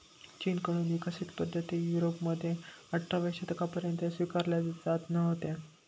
चीन कडून विकसित पद्धती युरोपमध्ये अठराव्या शतकापर्यंत स्वीकारल्या जात नव्हत्या